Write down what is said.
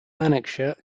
lanarkshire